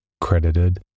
Credited